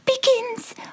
begins